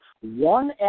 one